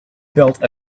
built